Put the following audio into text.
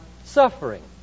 suffering